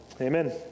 Amen